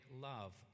Love